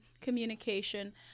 communication